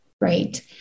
right